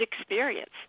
experience